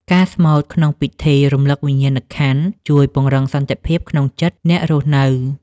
ការស្មូតក្នុងពិធីរំលឹកវិញ្ញាណក្ខន្ធ ជួយពង្រឹងសន្តិភាពក្នុងចិត្តអ្នករស់នៅ។